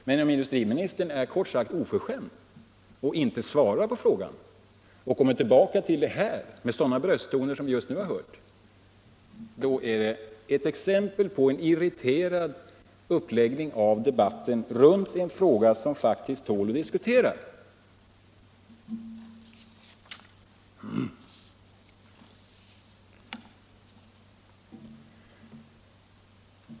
Men om industriministern är kort sagt oförskämd och inte svarar på frågan och kommer tillbaka till ärendet här med användande av sådana brösttoner som vi just nu har hört är det exempel på irriterad uppläggning av debatten kring en fråga som faktiskt tål att diskuteras.